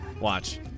Watch